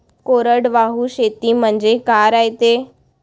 कोरडवाहू शेती म्हनजे का रायते?